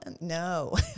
no